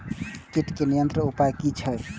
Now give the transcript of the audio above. कीटके नियंत्रण उपाय कि छै?